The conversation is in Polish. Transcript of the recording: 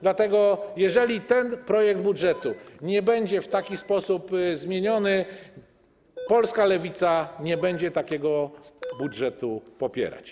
Dlatego, jeżeli ten projekt budżetu nie będzie w taki sposób zmieniony, polska lewica nie będzie takiego budżetu popierać.